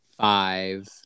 five